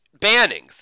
bannings